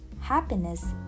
happiness